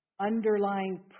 underlying